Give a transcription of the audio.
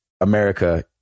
America